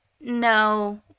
no